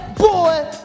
Boy